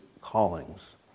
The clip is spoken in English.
callings